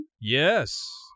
Yes